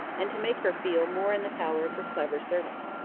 and to make her feel more in the power of her clever servant.